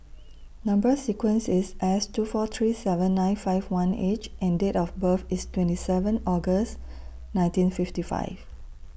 Number sequence IS S two four three seven nine five one H and Date of birth IS twenty seven August nineteen fifty five